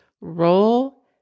roll